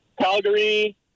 Calgary